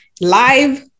live